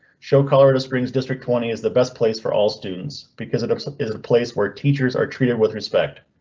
show colorado springs district twenty is the best place for all students because it um so is a place where teachers are treated with respect.